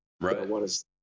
Right